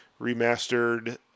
remastered